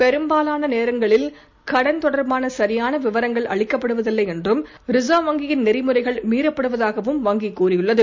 பெரும்பாலான நேரங்களில் கடன் தொடர்பான சரியான விவரங்கள் அளிக்கப்படுவதில்லை என்றும் ரிசர்வ் வங்கியின் நெறிமுறைகள் மீறப்படுவதாகவும் வங்கி கூறியுள்ளது